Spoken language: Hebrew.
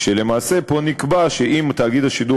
כשלמעשה פה נקבע שאם תאגיד השידור